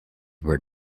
were